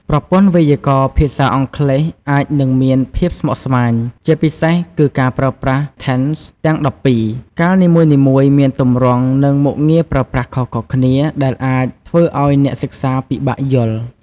ប្រព័ន្ធវេយ្យាករណ៍ភាសាអង់គ្លេសអាចនឹងមានភាពស្មុគស្មាញ ជាពិសេសគឺការប្រើប្រាស់ tenses ទាំង ១២។ កាលនីមួយៗមានទម្រង់ និងមុខងារប្រើប្រាស់ខុសៗគ្នា ដែលអាចធ្វើឱ្យអ្នកសិក្សាពិបាកយល់។